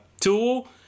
tool